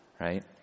right